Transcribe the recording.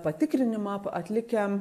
patikrinimą atlikę